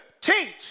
teach